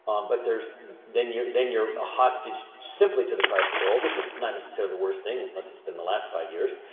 um but there's then you're then you're a hostage simply to the price of gold, which is not necessarily the worst thing, unless it's been the last five years,